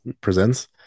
presents